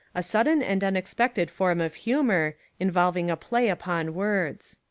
a sudden and unexpected form of humour, involving a play upon words.